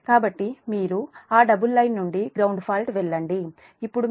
కాబట్టి మీరు ఆ డబుల్ లైన్ నుండి గ్రౌండ్ ఫాల్ట్ వెళ్ళండి ఇప్పుడు మీరు చూస్తారు